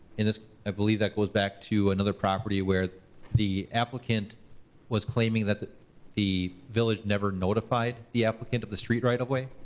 and i believe that goes back to another property where the applicant was claiming that the the village never notified the applicant of the street right of way,